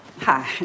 Hi